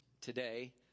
today